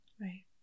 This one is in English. right